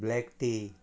black tea